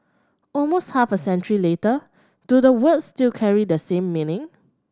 almost half a century later do the words still carry the same meaning